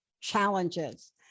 challenges